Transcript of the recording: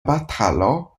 batalo